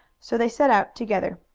so they set out together.